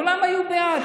כולם היו בעד.